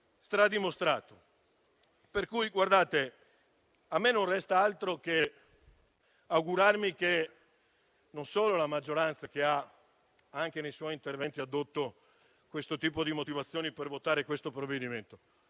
stradimostrato. Pertanto non mi resta altro che augurarmi che non solo la maggioranza che, anche nei suoi interventi, ha addotto questo tipo di motivazioni per votare il provvedimento